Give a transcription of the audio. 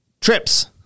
trips